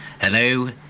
Hello